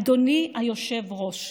אדוני היושב-ראש,